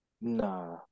Nah